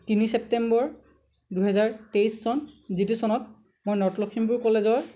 তিনি ছেপ্টেম্বৰ দুহেজাৰ তেইছ চন যিটো চনত মই নৰ্থ লখিমপুৰ কলেজৰ